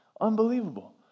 unbelievable